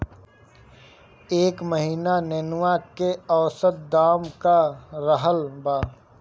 एह महीना नेनुआ के औसत दाम का रहल बा?